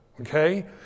Okay